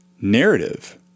narrative